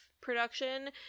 production